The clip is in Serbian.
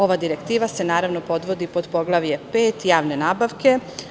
Ova direktiva se, naravno, podvodi pod poglavlje pet javne nabavke.